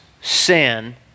sin